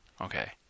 Okay